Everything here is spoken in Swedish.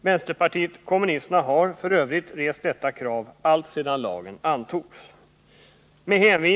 Vänsterpartiet kommunisterna har f. ö. rest detta krav alltsedan lagen antogs.